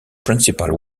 principal